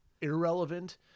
irrelevant